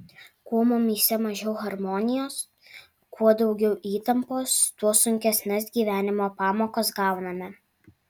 kuo mumyse mažiau harmonijos kuo daugiau įtampos tuo sunkesnes gyvenimo pamokas gauname